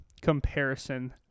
comparison